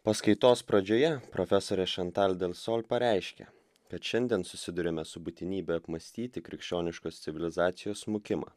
paskaitos pradžioje profesorė šantal del sol pareiškė kad šiandien susiduriame su būtinybe apmąstyti krikščioniškos civilizacijos smukimą